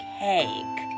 cake